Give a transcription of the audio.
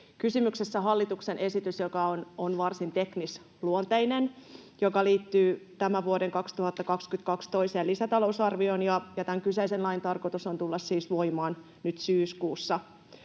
kysymyksessä hallituksen esitys, joka on varsin teknisluonteinen, joka liittyy tämän vuoden, 2022, toiseen lisätalousarvioon, ja tämän kyseisen lain tarkoitus on tulla siis voimaan nyt syyskuussa.